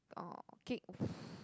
oh kick